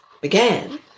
began